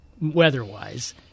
weather-wise